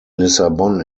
lissabon